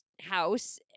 house